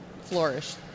flourish